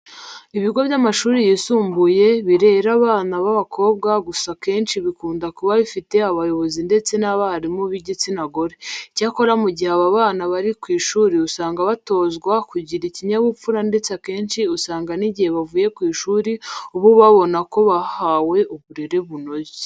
Ibigo by'amashuri yisumbuye birera abana b'abakobwa gusa akenshi bikunda kuba bifite abayobozi ndetse n'abarimu b'igitsina gore. Icyakora mu gihe aba bana bari ku ishuri usanga batozwe kugira ikinyabupfura ndetse akenshi usanga n'igihe bavuye ku ishuri uba ubona ko bahawe uburere buboneye.